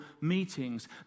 meetings